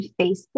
Facebook